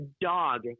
dog